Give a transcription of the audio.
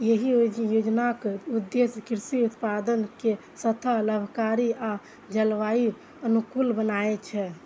एहि योजनाक उद्देश्य कृषि उत्पादन कें सतत, लाभकारी आ जलवायु अनुकूल बनेनाय छै